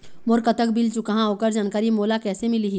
मोर कतक बिल चुकाहां ओकर जानकारी मोला कैसे मिलही?